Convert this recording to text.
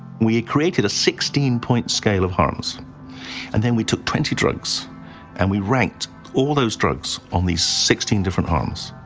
we had created a sixteen point scale of harms and then we took twenty drugs and we ranked all those drugs on these sixteen different harms,